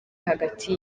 hagati